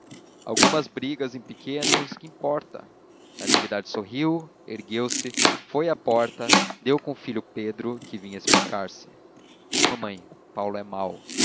algumas brigas em pequenos que importa natividade sorriu ergueu-se foi à porta deu com o filho pedro que vinha explicar-se mamãe paulo é mau